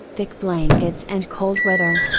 thick blankets and cold weather.